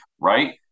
right